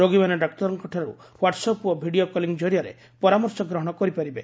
ରୋଗୀମାନେ ଡାକ୍ତରଙ୍କଠାରୁ ହ୍ୱାଟ୍ୱଆପ୍ ଓ ଭିଡିଓ କଲିଂ ଜରିଆରେ ପରାମର୍ଶ ଗ୍ରହଶ କରିପାରିବେ